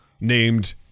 named